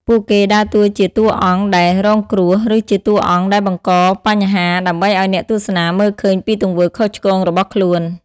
ពួកគេដើរតួជាតួអង្គដែលរងគ្រោះ ឬជាតួអង្គដែលបង្កបញ្ហាដើម្បីឲ្យអ្នកទស្សនាមើលឃើញពីទង្វើខុសឆ្គងរបស់ខ្លួន។